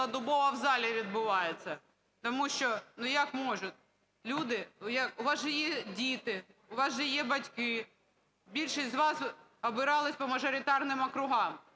цілодобово в залі відбувається, тому що як можуть, люди, у вас же є діти, у вас же є батьки, більшість з вас обирались по мажоритарним округам.